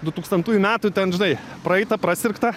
dutūkstantųjų metų ten žinai praeita prasirgta